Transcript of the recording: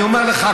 אני אומר לך,